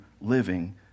living